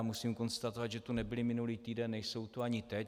Musím konstatovat, že tu nebyli minulý týden, nejsou tu ani teď.